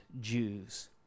Jews